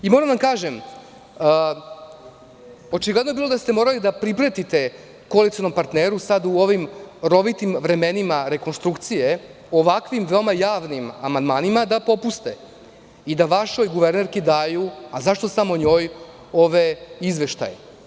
Moram da vam kažem, očigledno je bilo da ste morali da pripretite koalicionom partneru, sada u ovim rovitim vremenima rekonstrukcije, ovakvim veoma javnim amandmanima, da popuste i da vašoj guvernerki daju, a zašto samo njoj, ove izveštaje.